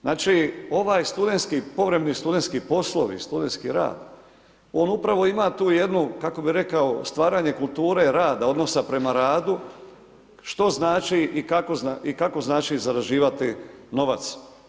Znači, ovi povremeni studentski poslovi, studentski rad, on upravo ima tu jednu, kako bi rekao, stvaranje kulture rada, odnosa prema radu, što znači i kako znači zarađivati novac.